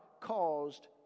caused